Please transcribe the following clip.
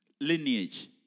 Lineage